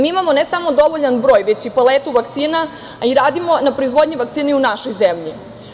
Mi imamo ne samo dovoljan broj, već i paletu vakcina, a i radimo na proizvodnja vakcina i u našoj zemlji.